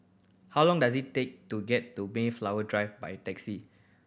how long does it take to get to Mayflower Drive by taxi